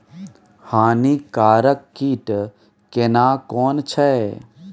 हानिकारक कीट केना कोन छै?